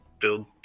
build